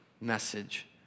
message